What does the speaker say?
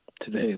today